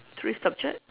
three subject